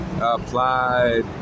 applied